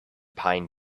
pine